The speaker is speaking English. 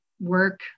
work